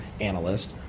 analyst